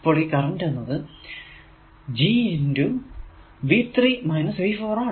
അപ്പോൾ ഈ കറന്റ് എന്നത് g × G ആണ്